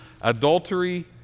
adultery